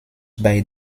bei